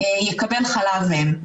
יקבל חלב אם.